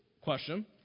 question